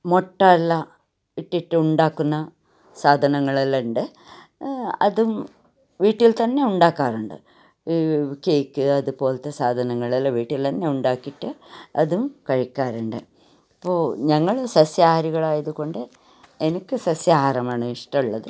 മുട്ടയെല്ലാം ഇട്ടിട്ട് ഉണ്ടാക്കുന്ന സാധനങ്ങളെല്ലാം ഉണ്ട് അതും വീട്ടിൽ തന്നെ ഉണ്ടാക്കാറുണ്ട് കേക്ക് അതുപോലത്തെ സാധനങ്ങളെല്ലാം വീട്ടിൽ തന്നെ ഉണ്ടാക്കിയിട്ട് അതും കഴിക്കാറുണ്ട് അപ്പോൾ ഞങ്ങൾ സസ്യാഹാരികളായതു കൊണ്ട് എനിക്ക് സ സസ്യാഹാരമാണ് ഇഷ്ടമുള്ളത്